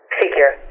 figure